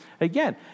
Again